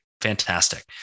fantastic